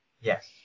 yes